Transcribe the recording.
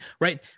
right